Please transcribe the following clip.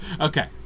Okay